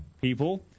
people